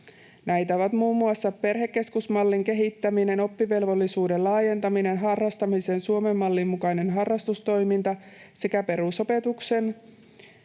Näitä ovat muun muassa perhekeskusmallin kehittäminen, oppivelvollisuuden laajentaminen, harrastamisen Suomen mallin mukainen harrastustoiminta sekä perusopetuksen